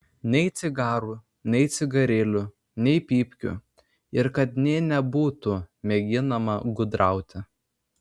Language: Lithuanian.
nei cigarų nei cigarilių nei pypkių ir kad nė nebūtų mėginama gudrauti